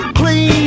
clean